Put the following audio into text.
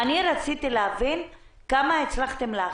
רציתי להבין כמה הצלחתם להחזיר.